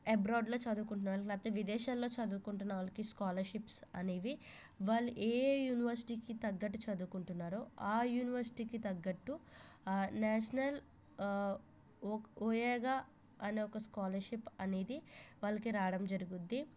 అబ్రాడ్లో చదువుకుంటున్న వాళ్ళు లేకపోతే విదేశాలలో చదువుకుంటున్న వాళ్ళకి స్కాలర్షిప్స్ అనేవి వాళ్ళు ఏ యూనివర్సిటీకి తగ్గట్టు చదువుకుంటున్నారో ఆ యూనివర్సిటీకి తగ్గట్టు నేషనల్ ఓఎగా అనే ఒక స్కాలర్షిప్ అనేది వాళ్ళకి రావడం జరుగుద్ది